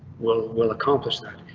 will will accomplish that.